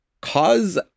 cause